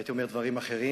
הייתי אומר דברים אחרים.